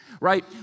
right